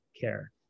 care